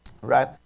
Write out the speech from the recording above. Right